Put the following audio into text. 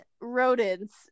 rodents